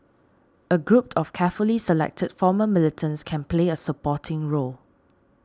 a group of carefully selected former militants can play a supporting role